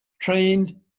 trained